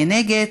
מי נגד?